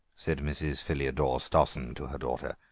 said mrs. philidore stossen to her daughter,